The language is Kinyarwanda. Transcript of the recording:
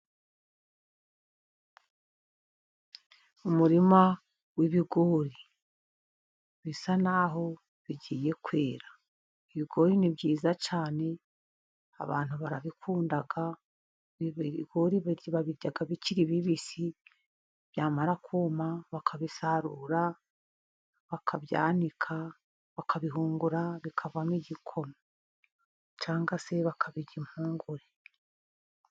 Umurima w'ibigori bisa naho bigiye kwera. Ibigori ni byiza cyane abantu barabikunda, ibigori babirya bikiri bibisi byamara kuma bakabisarura bakabyanika bakabihungura bikavamo igikoma cyangwa se bakabirya impungure.